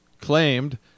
claimed